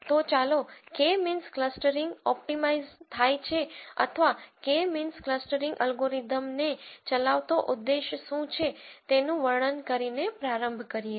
તો ચાલો K means clustering optimize થાય છે અથવા કે મીન્સ ક્લસ્ટરીંગઅલ્ગોરિધમ ને ચલાવતો ઉદ્દેશ શું છે તેનું વર્ણન કરીને પ્રારંભ કરીએ